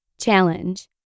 Challenge